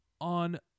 on